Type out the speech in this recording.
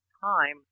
time